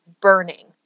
burning